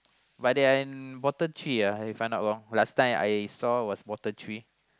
but they are in bottom three ah if I'm not wrong last time I saw was bottom three